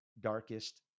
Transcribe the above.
darkest